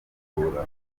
kubisukura